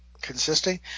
consisting